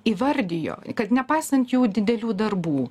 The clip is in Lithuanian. įvardijo kad nepaisant jų didelių darbų